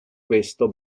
questo